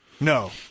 No